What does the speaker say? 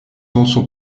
also